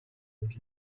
und